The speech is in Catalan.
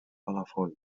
palafolls